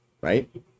right